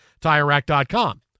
TireRack.com